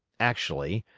actually,